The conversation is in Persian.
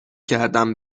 کردم